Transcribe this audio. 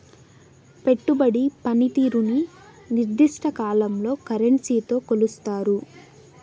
పెట్టుబడి పనితీరుని నిర్దిష్ట కాలంలో కరెన్సీతో కొలుస్తారు